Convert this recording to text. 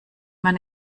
man